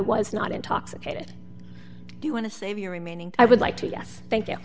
was not intoxicated do you want to save your remaining i would like to yes thank you